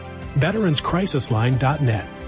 VeteransCrisisLine.net